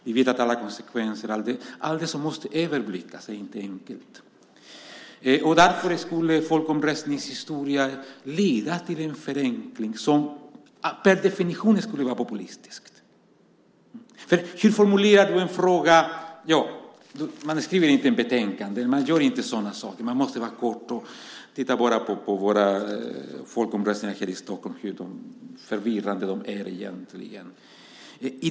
Vi vet att det inte är enkelt med alla konsekvenser och allt det som måste överblickas. Därför skulle folkomröstningsförslaget leda till en förenkling som per definition skulle vara populistisk. Hur formulerar du en fråga? Man skriver inte ett betänkande. Man gör inte sådana saker, utan man måste fatta sig kort. Titta bara på våra folkomröstningar här i Stockholm och hur förvirrande de egentligen är.